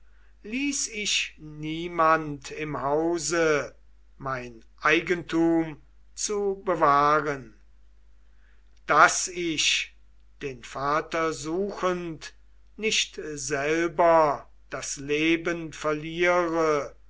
ließ ich niemand im hause mein eigentum zu bewahren daß ich den vater suchend nicht selber das leben verliere